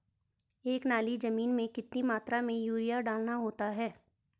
एक नाली जमीन में कितनी मात्रा में यूरिया डालना होता है?